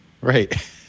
right